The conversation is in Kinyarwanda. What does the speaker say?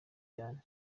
cyane